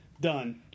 Done